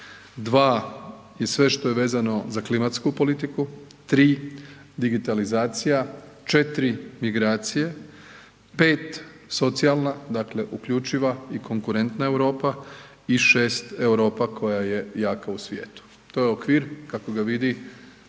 Dva je sve što je vezano za klimatsku politiku. Tri, digitalizacija. Četiri, migracije. Pet, socijalna dakle uključiva i konkurentna Europa. I šest, Europa koja je jaka u svijetu. To je okvir kako ga vidi